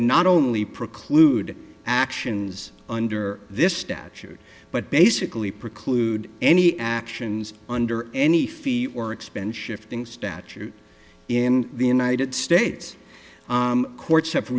not only preclude actions under this statute but basically preclude any actions under any fee or expend shifting statute in the united states court